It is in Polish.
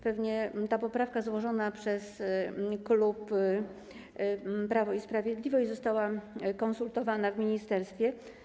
Pewnie ta poprawka, złożona przez klub Prawo i Sprawiedliwość, została skonsultowana w ministerstwie.